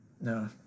No